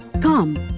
Come